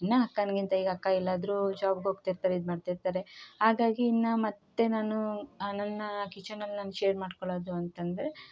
ಇನ್ನು ಅಕ್ಕನಿಗಿಂತ ಈಗ ಅಕ್ಕ ಎಲ್ಲಾದರು ಜಾಬ್ಗೋಗ್ತಿರ್ತಾರೆ ಇದು ಮಾಡ್ತಿರ್ತಾರೆ ಹಾಗಾಗಿ ಇನ್ನು ಮತ್ತು ನಾನು ನನ್ನ ಕಿಚನಲ್ಲಿ ನಾನು ಶೇರ್ ಮಾಡಿಕೊಳೋದು ಅಂತಂದರೆ